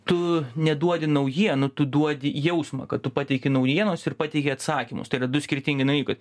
tu neduodi naujienų tu duodi jausmą kad tu pateiki naujienas ir pateiki atsakymus tai yra du skirtingi dalykai